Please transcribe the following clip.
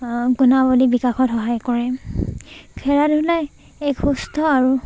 গুণাৱলী বিকাশত সহায় কৰে খেলা ধূলা এক সুস্থ আৰু